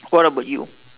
what about you